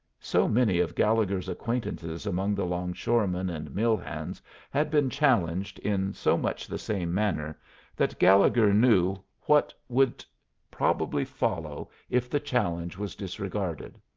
so many of gallegher's acquaintances among the longshoremen and mill hands had been challenged in so much the same manner that gallegher knew what would probably follow if the challenge was disregarded.